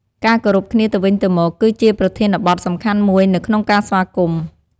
ការគោរពគ្នាទៅវិញទៅមក គឺជាប្រធានបទសំខាន់មួយនៅក្នុងការស្វាគមន៍។